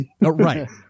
Right